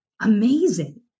amazing